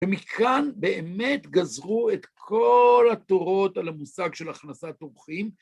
ומכאן באמת גזרו את כל התורות על המושג של הכנסת אורחים.